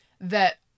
that-